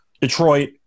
Detroit